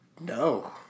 No